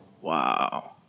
Wow